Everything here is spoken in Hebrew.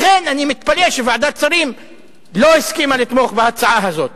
לכן אני מתפלא שוועדת השרים לא הסכימה לתמוך בהצעה הזאת,